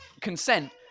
consent